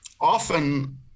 often